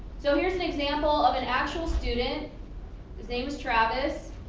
so here's an example of an actual student named travis.